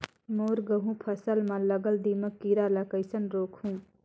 मोर गहूं कर फसल म लगल दीमक कीरा ला कइसन रोकहू?